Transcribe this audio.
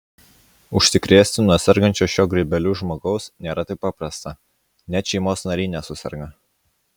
užsikrėsti nuo sergančio šiuo grybeliu žmogaus nėra taip paprasta net šeimos nariai nesuserga